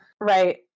right